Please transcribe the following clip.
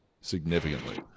significantly